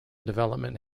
development